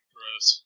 Gross